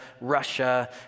Russia